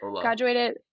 graduated